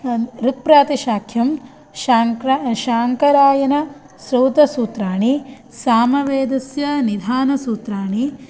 ऋक्प्रातिशाख्यं शाङ्कर शाङ्करायन श्रौतसूत्रणि सामवेदस्य निधानसूत्राणि